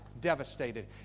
devastated